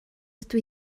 ydw